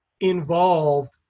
involved